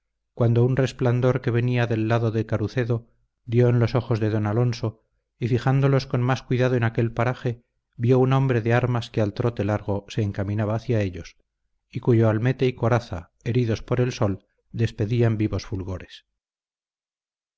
cuando un resplandor que venía del lado de carucedo dio en los ojos de don alonso y fijándolos con más cuidado en aquel paraje vio un hombre de armas que al trote largo se encaminaba hacia ellos y cuyo almete y coraza heridos por el sol despedían vivos fulgores